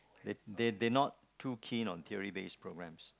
it they they are not too keen on theory based programs